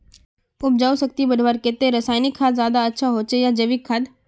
उपजाऊ शक्ति बढ़वार केते रासायनिक खाद ज्यादा अच्छा होचे या जैविक खाद?